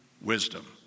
wisdom